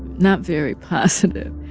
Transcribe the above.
not very positive.